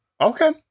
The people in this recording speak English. Okay